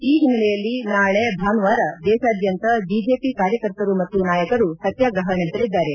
ಈ ಹಿನ್ನೆಲೆಯಲ್ಲಿ ನಾಳೆ ಭಾನುವಾರ ದೇಶಾದ್ಯಂತ ಬಿಜೆಪಿ ಕಾರ್ಯಕರ್ತರು ಮತ್ತು ನಾಯಕರು ಸತ್ಯಾಗಹ ನಡೆಸಲಿದ್ದಾರೆ